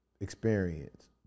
experience